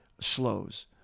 slows